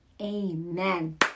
Amen